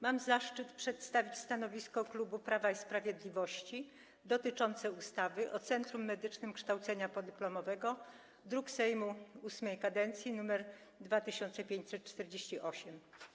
Mam zaszczyt przedstawić stanowisko klubu Prawa i Sprawiedliwości dotyczące ustawy o Centrum Medycznym Kształcenia Podyplomowego, druk Sejmu VIII kadencji nr 2548.